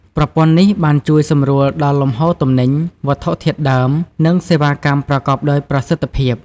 ប្រព័ន្ធនេះបានជួយសម្រួលដល់លំហូរទំនិញ វត្ថុធាតុដើម និងសេវាកម្មប្រកបដោយប្រសិទ្ធភាព។